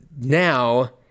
now